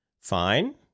Fine